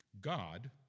God